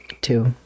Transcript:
Two